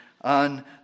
on